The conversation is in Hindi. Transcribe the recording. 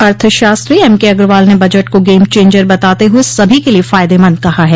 अर्थ शास्त्री एमकेअग्रवाल ने बजट को गेम चेंजर बताते हुए सभी के लिये फायदेमंद कहा है